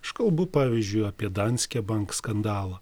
aš kalbu pavyzdžiui apie danske bank skandalą